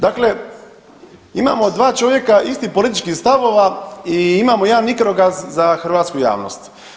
Dakle, imamo dva čovjeka istih političkih stavova i imamo jedan igrokaz za hrvatsku javnost.